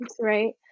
right